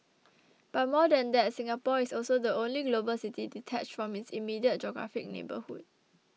but more than that Singapore is also the only global city detached from its immediate geographic neighbourhood